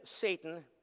Satan